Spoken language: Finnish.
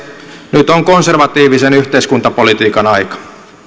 nyt on konservatiivisen yhteiskuntapolitiikan aika